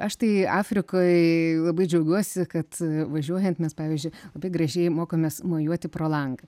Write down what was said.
aš tai afrikoj labai džiaugiuosi kad važiuojant mes pavyzdžiui labai gražiai mokomės mojuoti pro langą